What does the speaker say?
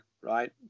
right